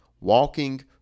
walking